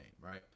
right